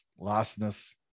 lostness